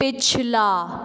पिछला